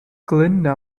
glinda